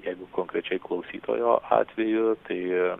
jeigu konkrečiai klausytojo atveju tai